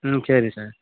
ம் சரி சார்